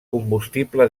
combustible